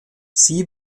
sie